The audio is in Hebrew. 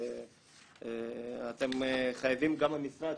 אתם חייבים גם המשרד,